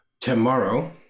tomorrow